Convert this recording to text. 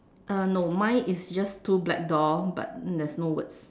uh no mine is just two black door but there's no words